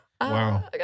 Wow